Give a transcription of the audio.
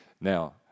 Now